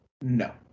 No